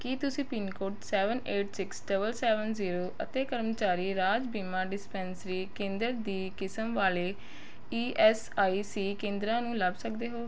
ਕੀ ਤੁਸੀਂ pin code seven eight six double seven zero ਅਤੇ ਕਰਮਚਾਰੀ ਰਾਜ ਬੀਮਾ ਡਿਸਪੈਂਸਰੀ ਕੇਂਦਰ ਦੀ ਕਿਸਮ ਵਾਲੇ ਈ ਐੱਸ ਆਈ ਸੀ ਕੇਂਦਰਾਂ ਨੂੰ ਲੱਭ ਸਕਦੇ ਹੋ